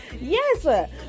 Yes